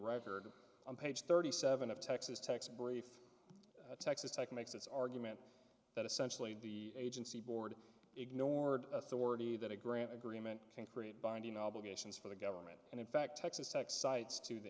record on page thirty seven of texas texas brief texas tech makes its argument that essentially the agency board ignored authority that a grant agreement can create binding obligations for the government and in fact texas tech sites to t